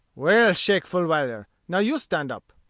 well, shake fulwiler, now you stand up.